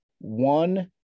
one